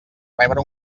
rebre